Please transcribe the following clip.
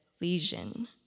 lesion